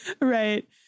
right